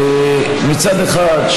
מצד אחד,